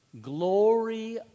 Glory